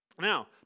Now